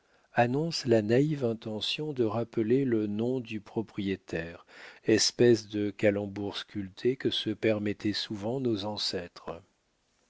annonce la naïve intention de rappeler le nom du propriétaire espèce de calembour sculpté que se permettaient souvent nos ancêtres